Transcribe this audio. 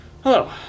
Hello